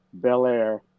Belair